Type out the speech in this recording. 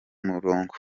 umurongo